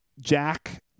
Jack